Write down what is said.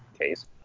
case